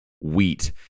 wheat